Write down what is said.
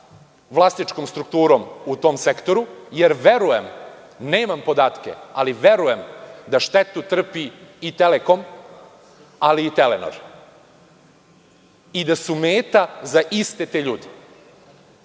vlasničkom strukturom u tom sektoru, jer verujem, nemam podatke, da štetu trpi i „Telekom“ ali i „Telenor“ i da su meta za iste te ljude. Taj